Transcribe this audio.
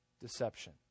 deception